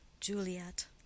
Juliet